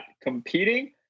competing